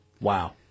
Wow